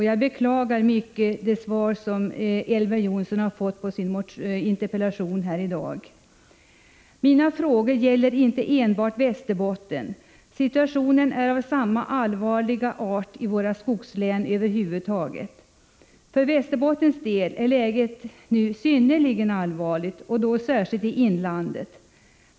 Jag beklagar det svar som Elver Jonsson har fått på sin interpellation i dag. Mina frågor gäller inte enbart Västerbotten. Situationen är av samma allvarliga art i våra skogslän över huvud taget. För Västerbottens del är läget nu synnerligen allvarligt och då särskilt i inlandet.